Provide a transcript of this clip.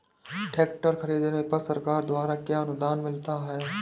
Tractor खरीदने पर सरकार द्वारा क्या अनुदान मिलता है?